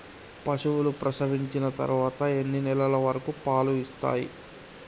పశువులు ప్రసవించిన తర్వాత ఎన్ని నెలల వరకు పాలు ఇస్తాయి?